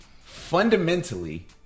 fundamentally